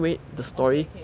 okay okay okay